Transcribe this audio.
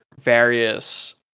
various